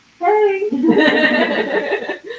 Hey